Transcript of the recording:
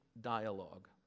dialogue